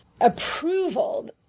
approval